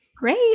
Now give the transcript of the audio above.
Great